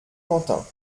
quentin